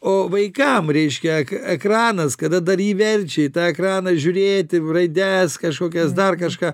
o vaikam reiškia ek ekranas kada dar jį verčia į tą ekraną žiūrėti raides kažkokias dar kažką